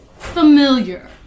Familiar